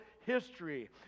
history